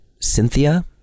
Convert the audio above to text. Cynthia